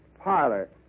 parlor